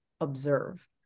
observe